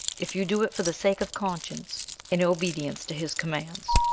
if you do it for the sake of conscience, in obedience to his commands.